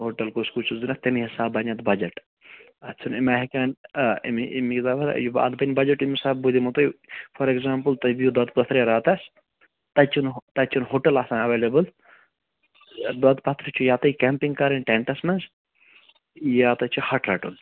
hotel کُس کُس چھُ ضروٗرت تٔمی حِساب بَنہِ اَتھ بَجَٹ اَتھ چھِنہٕ اَمہِ آیہِ ہٮ۪کان اَمی اَمی حِساب حظ اَتھ بَنہِ بَجَٹ اَمۍ حِساب بہٕ دِمہو تۄہہِ فار اٮ۪کزامپُل تُہۍ بِہِو دۄدٕ پتھرِ راتَس تَتہِ چھِنہٕ تَتہِ چھِنہٕ ہوٹَل آسان ایٚوَیلیبُل دۄدٕ پتھرِ چھِ یا تۄہہِ کیمپِنٛگ کَرٕنۍ ٹینٹَس منٛز یا تہِ چھِ ہَٹ رَٹُن